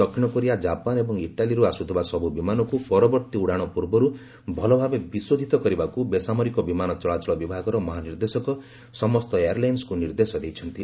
ଦକ୍ଷିଣ Korea Japan ଏବଂ ଇଟାଲୀରୁ ଆସୁଥିବା ସବୁ ବିମାନକୁ ପରବର୍ତ୍ତୀ ଉଡ଼ାଶ ପୂର୍ବରୁ ଭଲଭାବେ ବିଶୋଧିତ କରିବାକୁ ବେସାମରିକ ବିମାନ ଚଳାଚଳ ବିଭାଗର ମହାନିର୍ଦ୍ଦେଶକ ସବୁ ଏୟାରଲାଇନ୍ନକୁ ନିର୍ଦ୍ଦେଶ ଦେଇଛନ୍ତି